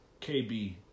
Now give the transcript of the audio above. KB